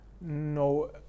No